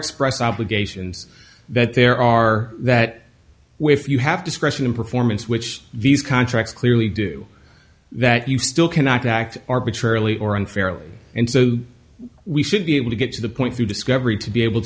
express obligations that there are that if you have to scratch in performance which these contracts clearly do that you still cannot act arbitrarily or unfairly and so we should be able to get to the point through discovery to be able